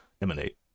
emanate